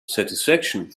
satisfaction